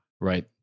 right